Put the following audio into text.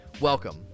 Welcome